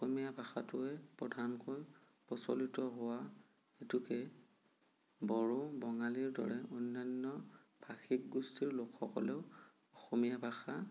অসমীয়া ভাষাটোৱে প্ৰধানকৈ প্ৰচলিত হোৱা হেতুকে বড়ো বঙালীৰ দৰে অন্যান্য ভাষিকগোষ্ঠীৰ লোকসকলেও অসমীয়া ভাষা